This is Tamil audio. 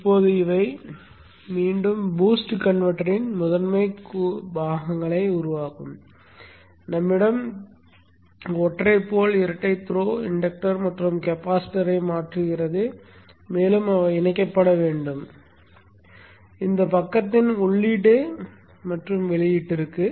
இப்போது இவை மீண்டும் பூஸ்ட் கன்வெர்ட்டரின் முதன்மைக் கூறுகளை உருவாக்கும் எங்களிடம் ஒற்றை போல் இரட்டை த்ரோக்கள் இன்டக்டர் மற்றும் கெபாசிட்டரை மாற்றுகிறது மேலும் அவை இணைக்கப்பட வேண்டும் இந்தப் பக்கத்தின் உள்ளீடு வெளியீட்டிற்கு